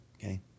Okay